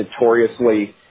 notoriously